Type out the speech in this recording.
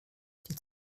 die